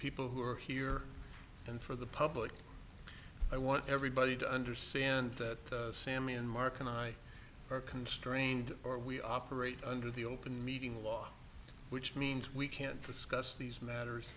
people who are here and for the public i want everybody to understand that sammy and mark and i are constrained or we operate under the open meeting law which means we can't discuss these matters